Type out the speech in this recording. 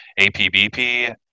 apbp